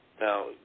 Now